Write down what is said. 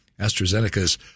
AstraZeneca's